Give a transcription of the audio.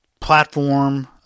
platform